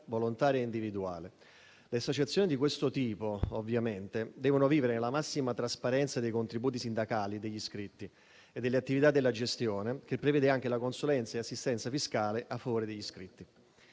volontaria e individuale. Le associazioni di questo tipo devono vivere nella massima trasparenza dei contributi sindacali degli iscritti e delle attività della gestione, che prevede anche la consulenza e assistenza fiscale a favore degli iscritti.